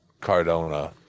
cardona